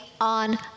on